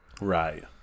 Right